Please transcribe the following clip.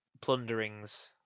plunderings